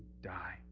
die